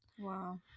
Wow